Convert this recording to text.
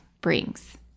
brings